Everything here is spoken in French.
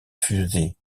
fusée